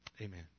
Amen